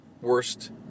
worst